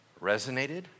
resonated